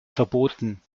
verboten